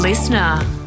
Listener